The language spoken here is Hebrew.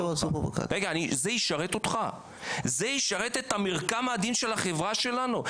זה ישרת את המרקם העדין של החברה שלנו?